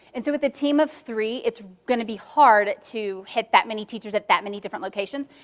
and so with a team of three, it's going to be hard to hit that many teachers at that many different locations.